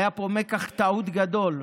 היה פה מקח טעות גדול.